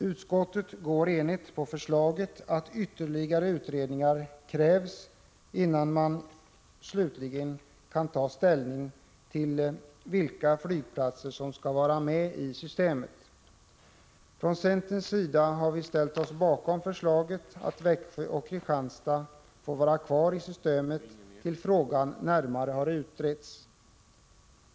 Utskottet ansluter sig enigt till förslaget att ytterligare utredningar krävs innan man slutligen kan ta ställning till vilka flygplatser som skall vara med i systemet. Från centerns sida har vi ställt oss bakom förslaget att Växjö och Kristianstad får vara kvar i systemet tills frågan närmare har utretts.